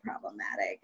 problematic